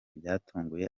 byatunguye